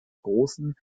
großen